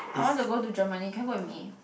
I want to go to Germany can you go with me